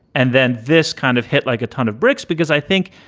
and then this kind of hit like a ton of bricks, because i think,